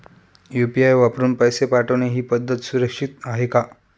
UPI वापरून पैसे पाठवणे ही पद्धत सुरक्षित आहे का?